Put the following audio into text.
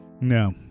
No